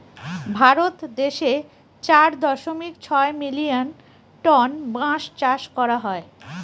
ভারত দেশে চার দশমিক ছয় মিলিয়ন টন বাঁশ চাষ করা হয়